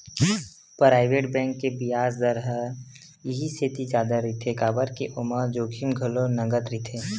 private bank के बियाज दर ह इहि सेती जादा रहिथे काबर के ओमा जोखिम घलो नँगत रहिथे